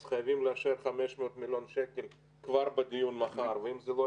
אז חייבים לאשר 500 מיליון שקל כבר בדיון מחר.